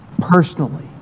personally